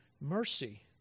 mercy